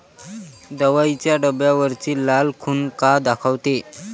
दवाईच्या डब्यावरची लाल खून का दाखवते?